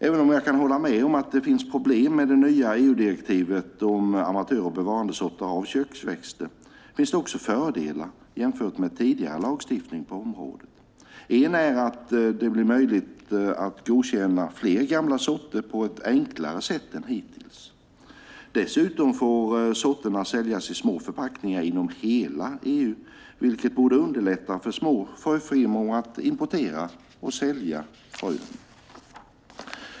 Även om jag kan hålla med om att det finns problem med det nya EU-direktivet om amatör och bevarandesorter av köksväxter finns det också fördelar jämfört med tidigare lagstiftning på området. En är att det blir möjligt att godkänna fler gamla sorter på ett enklare sätt än hittills. Dessutom får sorterna säljas i små förpackningar inom hela EU, vilket borde underlätta för små fröfirmor att importera och sälja frön.